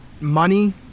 money